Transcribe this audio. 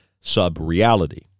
sub-reality